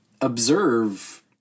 observe